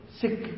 sick